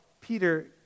Peter